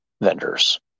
vendors